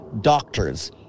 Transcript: Doctors